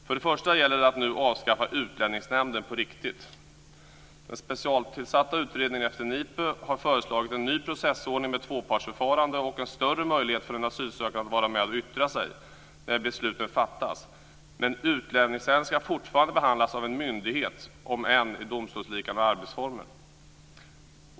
Först och främst gäller det att nu avskaffa Utlänningsnämnden på riktigt. Den specialtillsatta utredningen efter NIPU har föreslagit en ny processordning med tvåpartsförfarande och en större möjlighet för den asylsökande att vara med och yttra sig när besluten fattas. Men utlänningsärenden ska fortfarande behandlas av en myndighet, om än med domstolsliknande arbetsformer.